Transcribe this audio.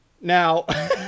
Now